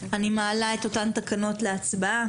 אני מעלה את התקנות להצבעה.